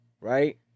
right